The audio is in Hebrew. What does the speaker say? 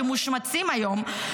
שמושמצים היום,